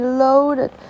loaded